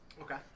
Okay